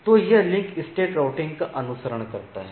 तो यह link state routing का अनुसरण करता है